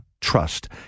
Trust